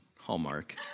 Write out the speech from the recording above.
Hallmark